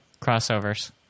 crossovers